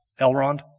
Elrond